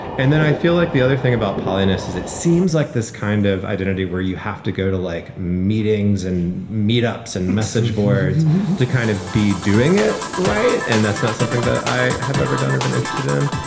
and then i feel like the other thing about pollyannas is it seems like this kind of identity where you have to go to like meetings and meet ups and message boards to kind of be doing it right. and that's not something that i have ever done or been interested in.